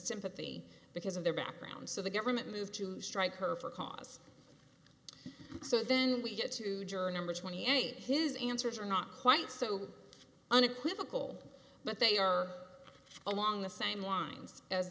sympathy because of their background so the government moved to strike her for cause so then we get to juror number twenty eight his answers are not quite so unequivocal but they are along the same lines as